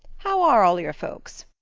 how are all your folks?